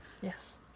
Yes